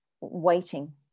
waiting